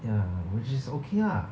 ya which is okay lah